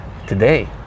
today